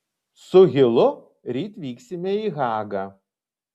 su hilu ryt vyksime į hagą